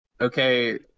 okay